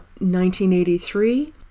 1983